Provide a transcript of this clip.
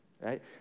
right